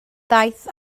ddaeth